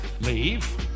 leave